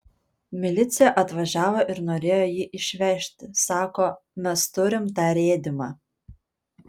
milicija atvažiavo ir norėjo jį išvežti sako mes turim tą rėdymą